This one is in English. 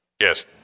Yes